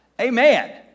Amen